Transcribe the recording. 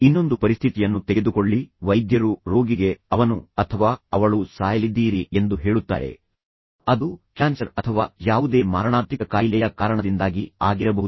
ಇನ್ನೊಂದು ಪರಿಸ್ಥಿತಿಯನ್ನು ತೆಗೆದುಕೊಳ್ಳಿ ವೈದ್ಯರು ರೋಗಿಗೆ ಅವನು ಅಥವಾ ಅವಳು ಸಾಯಲಿದ್ದೀರಿ ಎಂದು ಹೇಳುತ್ತಾರೆ ಅದು ಕ್ಯಾನ್ಸರ್ ಅಥವಾ ಯಾವುದೇ ಮಾರಣಾಂತಿಕ ಕಾಯಿಲೆಯ ಕಾರಣದಿಂದಾಗಿ ಆಗಿರಬಹುದು